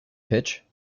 pitch